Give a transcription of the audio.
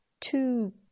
two